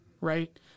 right